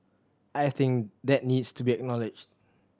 I think that needs to be acknowledged